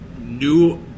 new